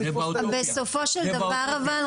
בסופו של דבר אבל,